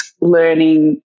learning